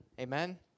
Amen